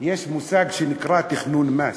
יש מושג שנקרא "תכנון מס".